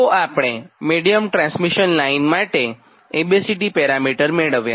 તો આપણે medium transmission line માટેનાં A B C D parameter મેળવ્યા